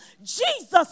Jesus